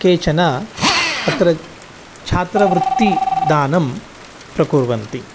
केचन अत्र छात्रवृत्तिदानं प्रकुर्वन्ति